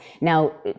now